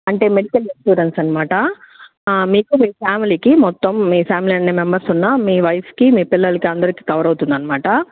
అంటే medical insurance అనమాట మీకు మీ ఫ్యామిలీకి మొత్తం మీ ఫ్యామిలీ ఎన్ని మెంబెర్స్ ఉన్నా మీ వైఫ్కి మీ పిల్లలకి అందరికీ కవర్ అవుతుంది అనమాట